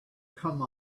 come